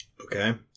Okay